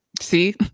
See